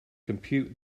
compute